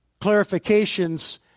clarifications